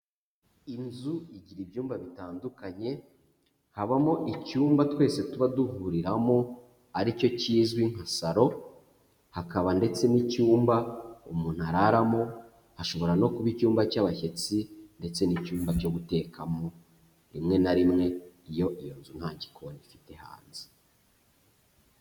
Inzu igira ibyumba bitandukanye, habamo icyumba twese tuba duhuriramo aricyo kizwi nka saro, hakaba ndetse n'icyumba umuntu araramo, hashobora no kuba icyumba cy'abashyitsi ndetse n'icyumba cyo gutekamo rimwe na rimwe iyo iyo nzu nta gikona ifite hanze.